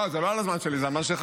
לא, זה לא על הזמן שלי, זה הזמן שלך.